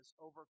over